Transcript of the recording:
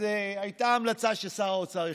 אז הייתה המלצה ששר האוצר יחלק,